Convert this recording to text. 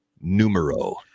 numero